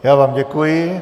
Já vám děkuji.